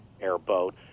airboat